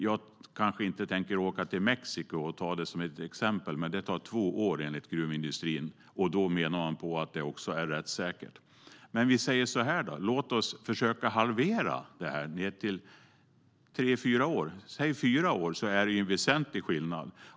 Jag kanske inte tänker åka till Mexiko och ta det som ett exempel, men det tar två år, enligt gruvindustrin. Då menar man på att det också är rättssäkert. Men vi kan säga så här: Låt oss försöka halvera det till tre fyra år, säg fyra år. Då är det en väsentlig skillnad.